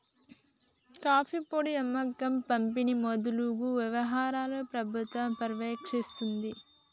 coffee పొడి అమ్మకం పంపిణి మొదలగు వ్యవహారాలను ప్రభుత్వం పర్యవేక్షిస్తుంది